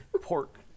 pork